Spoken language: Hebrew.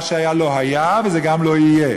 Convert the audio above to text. מה שהיה לא היה, וזה גם לא יהיה.